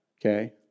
okay